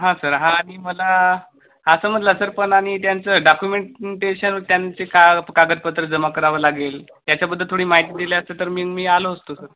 हां सर हां आणि मला हा समजलं सर पण आणि त्यांचं डाकुमेंटेशन त्यांचे का कागदपत्रं जमा करावं लागेल त्याच्याबद्दल थोडी माहिती दिल्या असतं तर मी मी आलो असतो सर